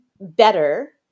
better